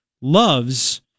loves